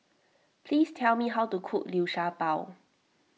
please tell me how to cook Liu Sha Bao